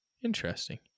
Interesting